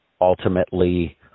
Ultimately